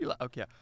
okay